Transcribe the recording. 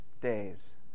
days